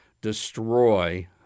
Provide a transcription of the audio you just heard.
destroy